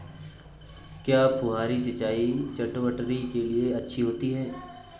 क्या फुहारी सिंचाई चटवटरी के लिए अच्छी होती है?